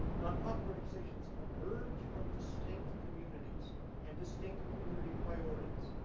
non-profit organizations emerge from distinct communities and distinct community priorities.